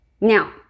Now